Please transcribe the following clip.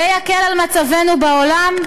זה יקל על מצבנו בעולם?